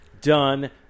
done